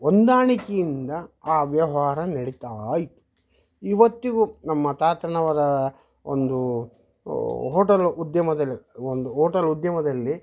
ಹೊಂದಾಣಿಕೆಯಿಂದ ಆ ವ್ಯವಹಾರ ನಡೀತ ಇತ್ತು ಇವತ್ತಿಗೂ ನಮ್ಮ ತಾತನವರ ಒಂದು ಹೋಟಲು ಉದ್ಯಮದಲ್ಲಿ ಒಂದು ಓಟಲ್ ಉದ್ಯಮದಲ್ಲಿ